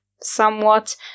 somewhat